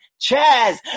Chaz